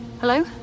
Hello